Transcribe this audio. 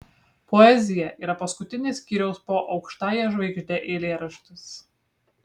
poezija yra paskutinis skyriaus po aukštąja žvaigžde eilėraštis